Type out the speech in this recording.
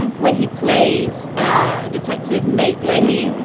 and where he plays ah detective nate lahey.